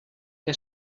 què